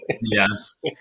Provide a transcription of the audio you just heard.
Yes